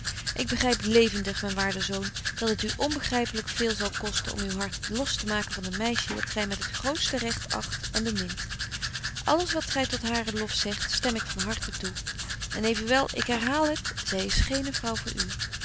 ik begryp levendig myn waarde zoon dat het u onbegrypelyk veel zal kosten uw hart los te maken van een meisje dat gy met het grootste recht acht en bemint alles wat gy tot haren lof zegt stem ik van harten toe en evenwel ik herhaal het zy is geene vrouw voor u